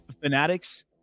Fanatics